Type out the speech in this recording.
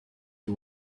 you